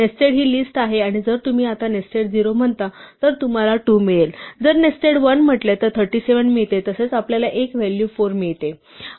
nested ही list आहे आणि जर तुम्ही आता नेस्टेड 0 म्हणता तर तुम्हाला 2 मिळेल जर नेस्टेड 1 म्हटले तर 37 मिळते तसेच आपल्याला एक व्हॅल्यू 4 मिळते